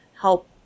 help